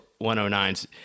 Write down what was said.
109s